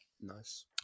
nice